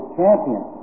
champion